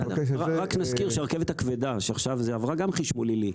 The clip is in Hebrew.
רק נזכיר שהרכבת הכבדה עכשיו גם עברה חשמול עילי,